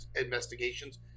investigations